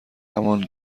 همان